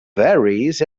berries